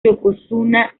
yokozuna